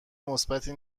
مثبتی